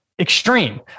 Extreme